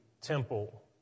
temple